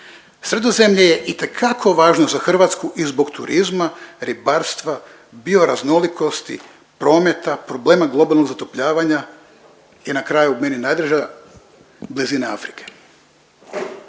Sredozemlje je itekako važno za Hrvatsku i zbog turizma, ribarstva, bioraznolikosti, prometa, problema globalnog zatopljavanja i na kraju meni najdraža blizina Afrike.